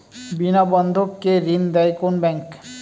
বিনা বন্ধক কে ঋণ দেয় কোন ব্যাংক?